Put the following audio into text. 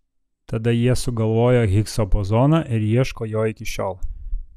tada jie sugalvojo higso bozoną ir ieško jo iki šiol